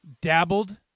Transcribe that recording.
dabbled